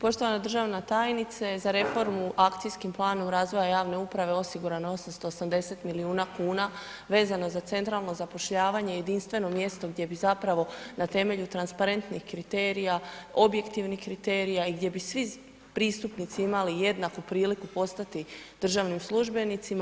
Poštovana državna tajnice, za reformu akcijskim planom razvoja javne uprave, osigurano je 880 milijuna kuna, vezano za centralno zapošljavanje, jedinstveno mjesto gdje bi zapravo na temelju transparentnih kriterija, objektivnih kriterija i gdje bi svi pristupnici imali jednaku priliku postati državnim službenicima.